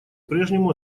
прежнему